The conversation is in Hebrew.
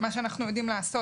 מה שאנחנו יודעים לעשות,